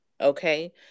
okay